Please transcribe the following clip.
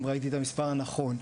אם ראיתי את המספר נכון.